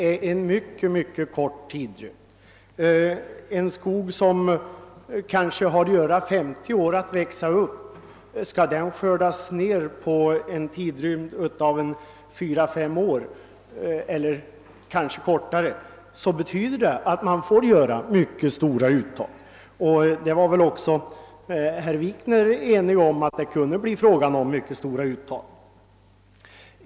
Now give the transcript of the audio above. Skall en skog som kanske behöver 50 år för att växa upp skördas på fyra fem år, får man göra mycket stora uttag. Herr Wikner var väl också på det klara med att det kunde bli fråga om mycket stora uttag.